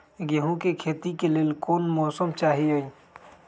गेंहू के खेती के लेल कोन मौसम चाही अई?